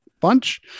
bunch